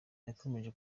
yakomeje